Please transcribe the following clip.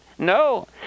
No